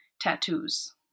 tattoos